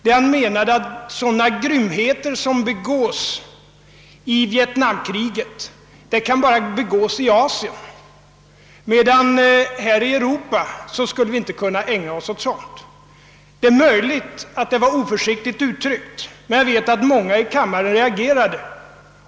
Han menade att sådana grymheter som begås i vietnamkriget endast kan begås i Asien, medan vi här i Europa inte skulle kunna ägna oss åt sådant. Det är möjligt att det var oförsiktigt uttryckt, men jag vet att många i kammaren reagerade.